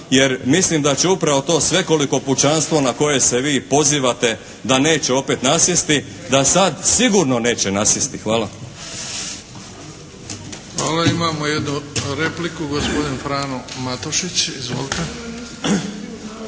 jer mislim da će upravo to svekoliko pučanstvo na koje se vi pozivate da neće opet nasjesti, da sad sigurno neće nasjesti. Hvala. **Bebić, Luka (HDZ)** Hvala. Imamo jednu repliku, gospodin Frano Matušić. Izvolite!